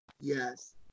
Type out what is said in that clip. Yes